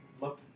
look